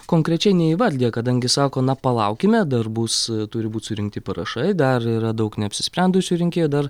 konkrečiai neįvardija kadangi sako na palaukime dar bus turi būt surinkti parašai dar yra daug neapsisprendusių rinkėjų dar